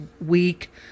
week